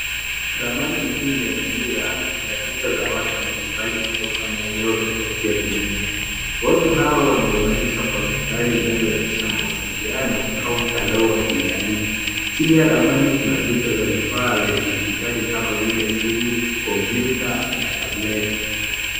Ramani hii ya dunia ya picha za watu mbalimbali kutoka maeneo tofauti ya dunia. Watu hawa wameunganishwa na mistari inayonyesha mawasiliano au mtandao wa kijamii. Chini ya ramani kuna picha za vifaa vya kidijitali kama vile simu, kompyuta na tableti .